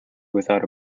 without